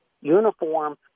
uniform